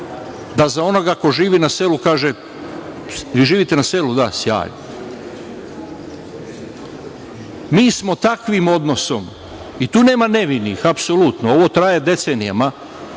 da za onoga ko živi na selu kaže - vi živite na selu, da, sjajno. Mi smo takvim odnosom, i tu nema nevinih, apsolutno, ovo traje decenijama,